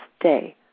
day